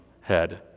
head